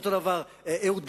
ואותו הדבר אהוד ברק,